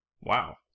wow